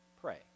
pray